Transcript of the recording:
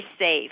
safe